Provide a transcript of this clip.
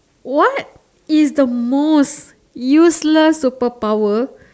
what is the most useless superpower